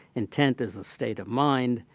intent is a state of mind,